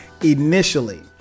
Initially